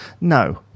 No